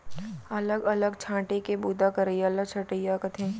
अलग अलग छांटे के बूता करइया ल छंटइया कथें